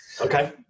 Okay